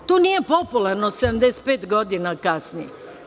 To nije popularno 75 godina kasnije.